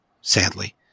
sadly